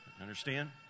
understand